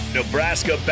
Nebraska